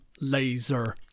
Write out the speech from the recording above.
laser